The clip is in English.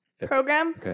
program